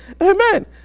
Amen